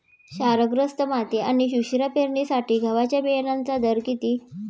क्षारग्रस्त माती आणि उशिरा पेरणीसाठी गव्हाच्या बियाण्यांचा दर किती?